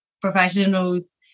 professionals